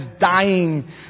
dying